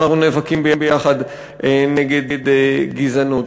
ואנחנו נאבקים ביחד נגד גזענות,